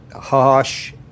harsh